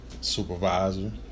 supervisor